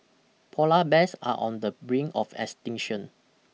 Polar bears are on the brink of extinction